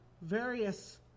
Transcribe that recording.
various